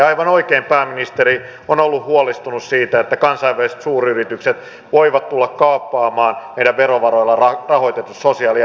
ja aivan oikein pääministeri on ollut huolestunut siitä että kansainväliset suuryritykset voivat tulla kaappaamaan meidän verovaroilla rahoitetut sosiaali ja terveyspalvelut